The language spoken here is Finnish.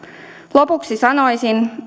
lopuksi sanoisin